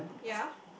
ya